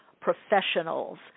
Professionals